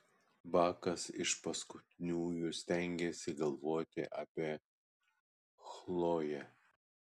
bakas iš paskutiniųjų stengėsi galvoti apie chloję